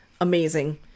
amazing